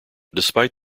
despite